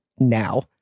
now